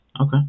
Okay